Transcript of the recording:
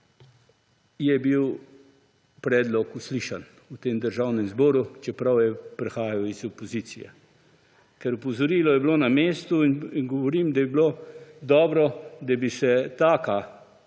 je bil predlog uslišan v tem Državnem zboru, čeprav je prihajal iz opozicije. Ker opozorilo je bilo na mestu in govorim, da je bilo dobro, da bi se taka